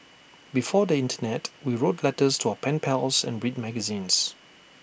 before the Internet we wrote letters to our pen pals and read magazines